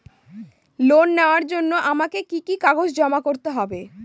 Loan নেওয়ার জন্য আমাকে কি কি কাগজ জমা করতে হবে?